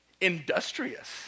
Industrious